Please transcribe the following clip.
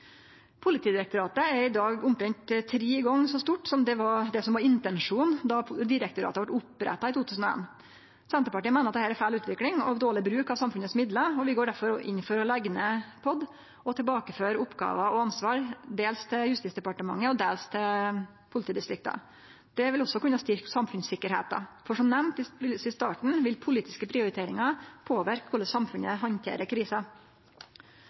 Politidirektoratet er i dag omtrent tre gonger så stort som det som var intensjonen då direktoratet vart oppretta i 2001. Senterpartiet meiner dette er ei feil utvikling og dårleg bruk av samfunnets midlar, og vi går derfor inn for å leggje ned POD og tilbakeføre oppgåver og ansvar dels til Justisdepartementet og dels til politidistrikta. Det vil også kunne styrkje samfunnssikkerheita, for som nemnt i starten vil politiske prioriteringar påverke korleis samfunnet handterer